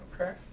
Okay